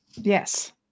Yes